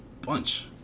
Bunch